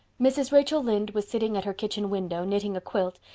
mrs. rachel lynde was sitting at her kitchen window, knitting a quilt,